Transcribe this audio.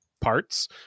parts